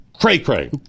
cray-cray